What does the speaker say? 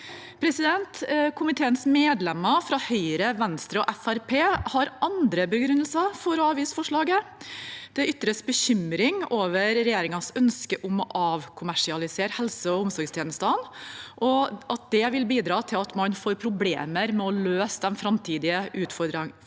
Komiteens medlemmer fra Høyre, Venstre og Fremskrittspartiet har andre begrunnelser for å avvise forslaget. Det ytres bekymring over regjeringens ønske om å avkommersialisere helse- og omsorgstjenestene, og at det vil bidra til at man får problemer med å løse de framtidige utfordringene